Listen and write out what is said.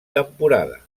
temporada